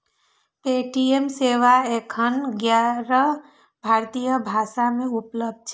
Paytm सेवा एखन ग्यारह भारतीय भाषा मे उपलब्ध छै